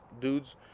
dudes